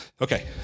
Okay